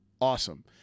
awesome